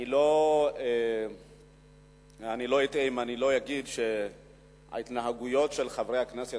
אני לא אטעה אם אגיד שההתנהגות של חברי הכנסת